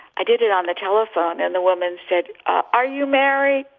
i did it on the telephone and the woman said, are you married?